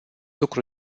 lucru